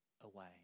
away